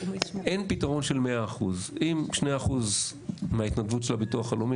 אין פתרון של 100%. אם 2% מההתנדבות של הביטוח הלאומי,